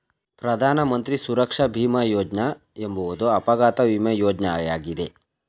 ಪ್ರಧಾನ ಮಂತ್ರಿ ಸುರಕ್ಷಾ ಭೀಮ ಯೋಜ್ನ ಎಂಬುವುದು ಅಪಘಾತ ವಿಮೆ ಯೋಜ್ನಯಾಗಿದೆ